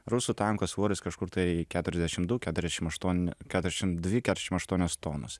rusų tanko svoris kažkur tai keturiasdešim du keturiasdešim aštuoni keturiasdešim dvi keturiasdešim aštuonios tonos